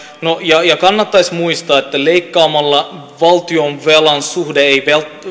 ja ja kannattaisi muistaa että leikkaamalla valtionvelan suhde ei